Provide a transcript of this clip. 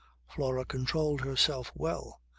flora controlled herself well.